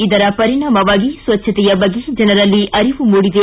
ಇದರ ಪರಿಣಾಮವಾಗಿ ಸ್ವಜ್ಞತೆಯ ಬಗ್ಗೆ ಜನರಲ್ಲಿ ಅರಿವು ಮೂಡಿದೆ